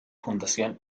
fundación